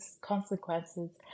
consequences